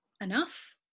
enough